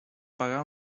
pagar